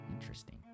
Interesting